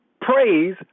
praise